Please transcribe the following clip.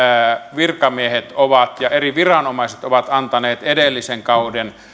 virkamiehet ja eri viranomaiset ovat antaneet edellisen kauden